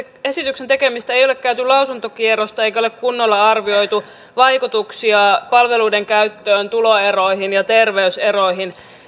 esityksen tekemistä ei ei ole käyty lausuntokierrosta eikä ole kunnolla arvioitu vaikutuksia palveluiden käyttöön tuloeroihin ja terveyseroihin